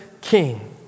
king